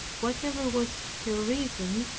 whatever was her reason,